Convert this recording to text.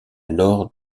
laure